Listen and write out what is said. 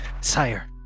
sire